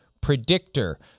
predictor